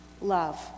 love